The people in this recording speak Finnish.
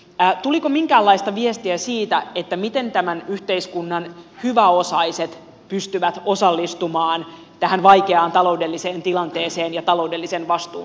tuliko minkäänlaista viestiä siitä miten tämän yhteiskunnan hyväosaiset pystyvät osallistumaan tähän vaikeaan taloudelliseen tilanteeseen ja taloudellisen vastuun kantamiseen